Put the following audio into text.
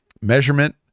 measurement